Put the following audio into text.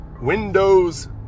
Windows